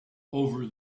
over